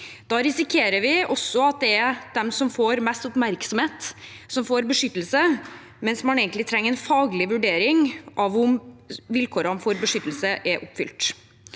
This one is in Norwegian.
Da risikerer vi at det er de som får mest oppmerksomhet som får beskyttelse, mens man egentlig trenger en faglig vurdering av om vilkårene for beskyttelse er oppfylt.